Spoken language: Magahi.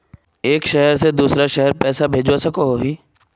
एक शहर से दूसरा शहर पैसा भेजवा सकोहो ही?